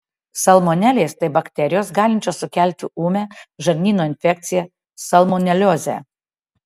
salmonelės tai bakterijos galinčios sukelti ūmią žarnyno infekciją salmoneliozę